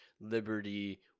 liberty